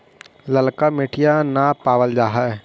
ललका मिटीया न पाबल जा है?